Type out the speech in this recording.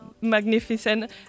magnificent